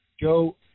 Joe